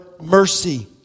mercy